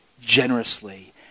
generously